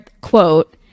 quote